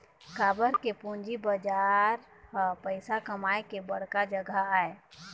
काबर के पूंजी बजार ह पइसा कमाए के बड़का जघा आय